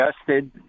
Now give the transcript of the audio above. adjusted